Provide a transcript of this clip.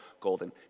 golden